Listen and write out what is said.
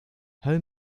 home